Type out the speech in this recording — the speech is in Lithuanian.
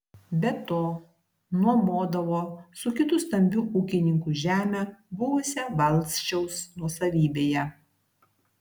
be to nuomodavo su kitu stambiu ūkininku žemę buvusią valsčiaus nuosavybėje